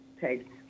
take